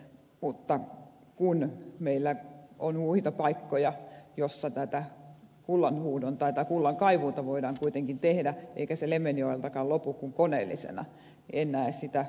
mutta kun meillä on muita paikkoja joissa tätä kullanhuuhdontaa tai kullankaivua voidaan kuitenkin tehdä eikä se lemmenjoeltakaan lopu kuin koneellisena niin en näe sitä suurenakaan ongelmana